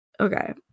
Okay